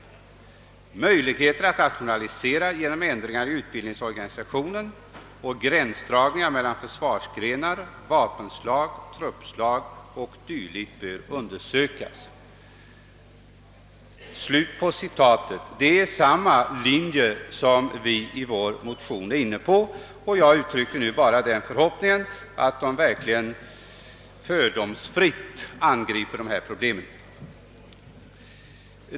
Möjligheter att rationalisera genom ändringar i utbildningsorganisationen och gränsdragningar mellan försvarsgrenar, vapenslag, truppslag o. d. bör undersökas.» Det är samma tankegångar som vi varit inne på i vår motion. Jag uttrycker nu bara den förhoppningen att utredningen verkligen fördomsfritt angriper dessa problem.